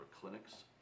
clinics